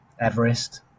Everest